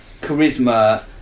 charisma